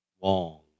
long